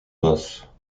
basses